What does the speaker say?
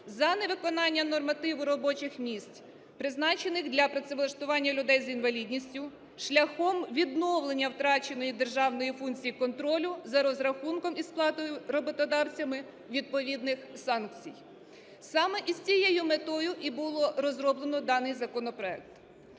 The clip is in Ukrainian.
за невиконання нормативу робочих місць, призначених для працевлаштування людей з інвалідністю шляхом відновлення втраченої державної функції контролю за розрахунком і сплатою роботодавцями відповідних санкцій. Саме із цією метою і було розроблено даний законопроект.